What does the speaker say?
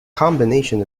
combination